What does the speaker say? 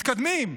מתקדמים,